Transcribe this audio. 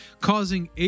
causing